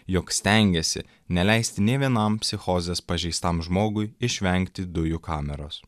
jog stengėsi neleisti nei vienam psichozės pažeistam žmogui išvengti dujų kameros